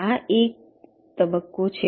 આ તબક્કો 1 છે